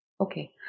Okay